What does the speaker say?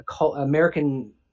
American